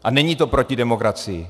A není to proti demokracii.